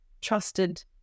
trusted